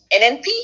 NNP